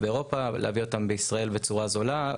באירופה ולהביא אותם לישראל בצורה זולה,